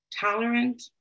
tolerant